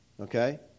Okay